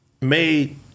made